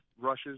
rushes